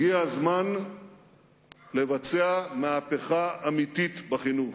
הגיע הזמן לבצע מהפכה אמיתית בחינוך.